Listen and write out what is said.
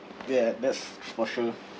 ya that's for sure